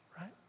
Right